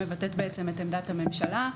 שמבטאת בעצם את עמדת הממשלה.